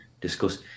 discuss